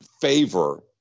favor